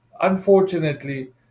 unfortunately